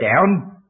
down